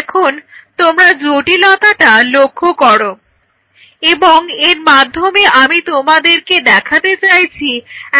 এখন তোমরা জটিলতাটা লক্ষ্য করো এবং এর মাধ্যমে আমি তোমাদেরকে দেখাতে চাইছি